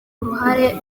uruhare